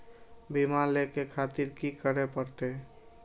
बीमा लेके खातिर की करें परतें?